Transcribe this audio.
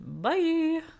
Bye